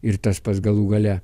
ir tas pats galų gale